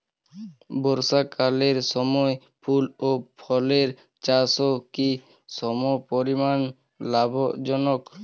বর্ষাকালের সময় ফুল ও ফলের চাষও কি সমপরিমাণ লাভজনক?